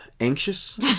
Anxious